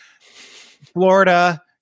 Florida –